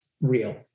real